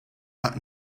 out